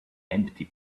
empty